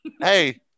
Hey